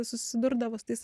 susidurdavo su tais